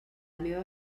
meva